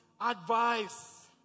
advice